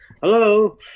hello